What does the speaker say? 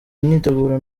imyiteguro